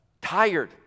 tired